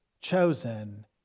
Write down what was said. chosen